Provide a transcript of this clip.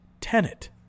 Tenet